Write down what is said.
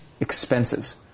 expenses